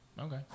Okay